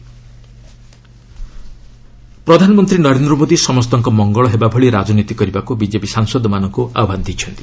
PM workshop ପ୍ରଧାନମନ୍ତ୍ରୀ ନରେନ୍ଦ୍ର ମୋଦି ସମସ୍ତଙ୍କ ମଙ୍ଗଳ ହେବାଭଳି ରାଜନୀତି କରିବାକୁ ବିଜେପି ସାଂସଦମାନଙ୍କୁ ଆହ୍ୱାନ ଦେଇଛନ୍ତି